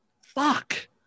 Fuck